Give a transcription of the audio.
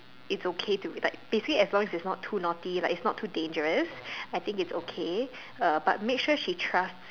it's okay to like basically as long as it's not too naughty like it's not too dangerous I think it's okay uh but make sure she trusts